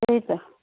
त्यही